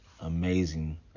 amazing